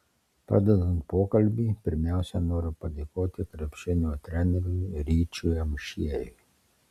pradedant pokalbį pirmiausiai noriu padėkoti krepšinio treneriui ryčiui amšiejui